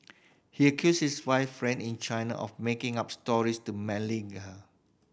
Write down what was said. he accused his wife friend in China of making up stories to malign her